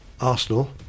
Arsenal